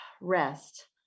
rest